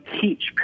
teach